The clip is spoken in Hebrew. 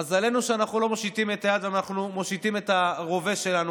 מזלנו שאנחנו לא מושיטים את היד ושאנחנו מושיטים את הרובה שלנו,